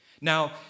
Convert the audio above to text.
Now